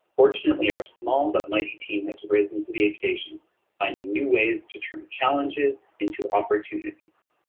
fortunately, our small but might team has risen to the occasion finding new ways to turn challenges in to opportunities.